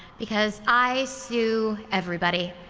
because i sue everybody.